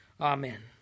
Amen